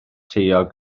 taeog